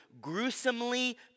gruesomely